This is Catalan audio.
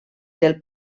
del